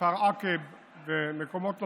כפר עקב ומקומות נוספים,